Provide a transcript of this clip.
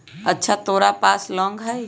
अच्छा तोरा पास लौंग हई?